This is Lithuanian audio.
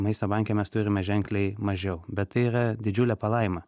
maisto banke mes turime ženkliai mažiau bet tai yra didžiulė palaima